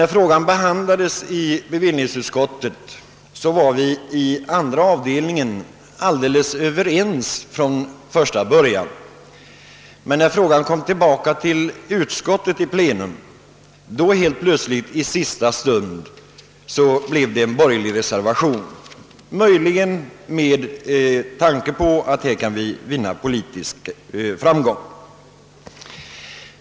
När frågan behandlades i bevillningsutskottets andra avdelning var man där från första början helt överens, men när den kom tillbaka till utskottet i plenum, lämnades helt plötsligt en borgerlig reservation, möjligen med tanke på utsikterna att därigenom uppnå en viss politisk framgång.